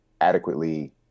adequately